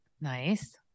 nice